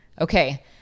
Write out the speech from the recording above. okay